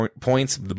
points